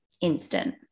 instant